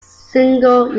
single